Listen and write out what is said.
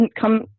come